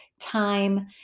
time